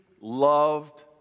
loved